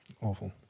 Awful